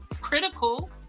critical